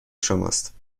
شماست